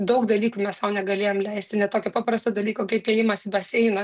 daug dalykų mes sau negalėjom leisti net tokio paprasto dalyko kaip ėjimas į baseiną